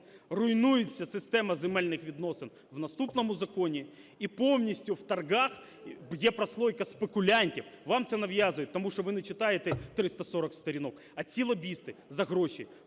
руйнується система земельних відносин в наступному законі і повністю в торгах є прослойка спекулянтів. Вам це нав'язують, тому що ви не читаєте 340 сторінок. А ці лобісти за гроші